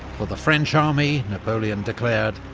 for the french army napoleon declared,